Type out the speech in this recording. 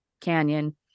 canyon